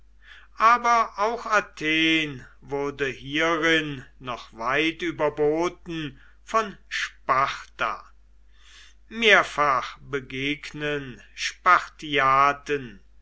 aber auch athen wurde hierin noch weit überboten von sparta mehrfach begegnen